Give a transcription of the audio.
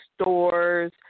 stores